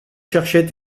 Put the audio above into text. chercher